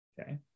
okay